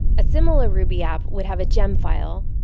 a similar ruby app would have a gem file,